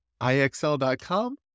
IXL.com